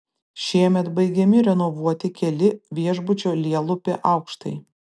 šiemet baigiami renovuoti keli viešbučio lielupe aukštai